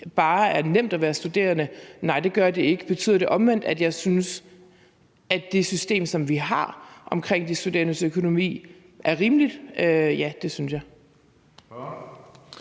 bare er nemt at være studerende? Nej, det gør det ikke. Betyder det omvendt, at jeg synes, at det system, som vi har omkring de studerendes økonomi, er rimeligt? Ja, det synes jeg.